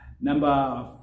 number